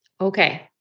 Okay